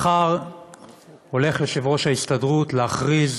מחר הולך יושב-ראש ההסתדרות להכריז